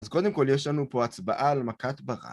אז קודם כל, יש לנו פה הצבעה על מכת ברד.